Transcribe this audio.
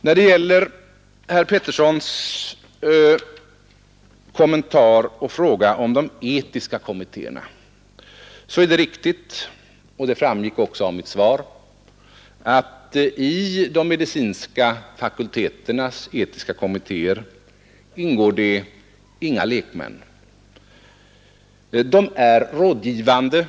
När det gäller herr Peterssons i Röstånga kommentar och fråga om de etiska kommittéerna, så är det riktigt — detta framgick också av mitt svar — att i de medicinska fakulteternas etiska kommittéer ingår det inga lekmän. Kommittéerna är rådgivande